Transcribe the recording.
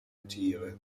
tiere